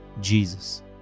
Jesus